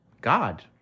God